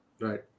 Right